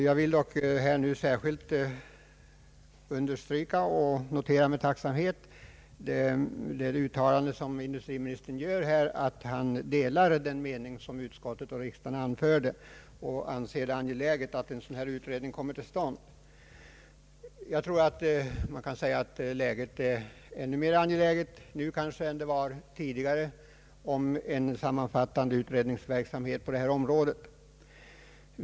Jag vill särskilt understryka och notera med tacksamhet industriministerns uttalande att han delar den mening som utskottet och riksdagen anfört och anser det angeläget att en sådan utredning kommer till stånd. Jag tror att det är ännu mer angeläget nu än tidigare med en sammanfattande utredningsverksamhet på detta område.